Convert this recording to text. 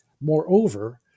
Moreover